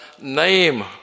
name